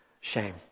shame